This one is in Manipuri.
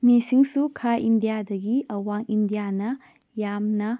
ꯃꯤꯁꯤꯡꯁꯨ ꯈꯥ ꯏꯟꯗꯤꯌꯥꯗꯒꯤ ꯑꯋꯥꯡ ꯏꯟꯗꯤꯌꯥꯅ ꯌꯥꯝꯅ